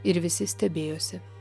ir visi stebėjosi